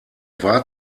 war